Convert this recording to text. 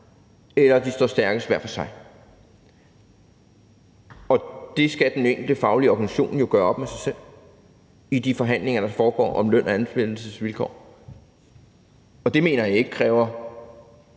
eller om de står stærkest hver for sig. Det skal den enkelte faglige organisation jo gøre op med sig selv i de forhandlinger, der foregår, om løn og ansættelsesvilkår. Det mener jeg ikke kræver